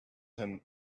him